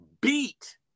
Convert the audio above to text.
beat